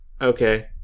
Okay